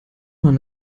man